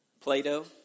Plato